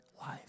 life